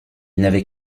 n’avait